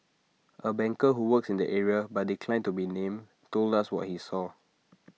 A banker who works in the area but declined to be named told us what he saw